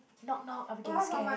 knock knock I'm getting scared